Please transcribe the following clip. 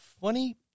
funny